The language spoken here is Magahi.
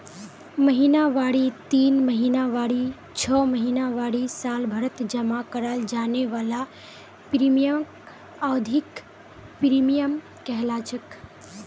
महिनावारी तीन महीनावारी छो महीनावारी सालभरत जमा कराल जाने वाला प्रीमियमक अवधिख प्रीमियम कहलाछेक